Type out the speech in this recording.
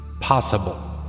Possible